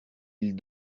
ils